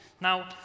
Now